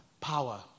power